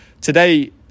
Today